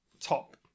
top